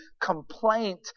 complaint